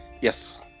Yes